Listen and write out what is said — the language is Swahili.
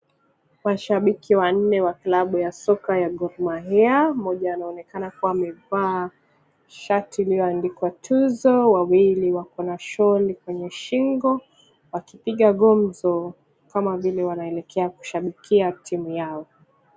Mashabiki wanne wa klabu ya soka ya Gormaiah. Mmoja anaonekana kuwa amevaa shati iliyoandikwa tuzo, wawili wako na shol kwenye shingo, wakipiga gumzo kama vile wanaelekea kushabikia timu yao.